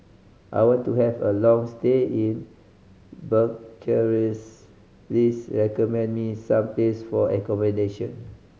I want to have a long stay in Bucharest please recommend me some place for accommodation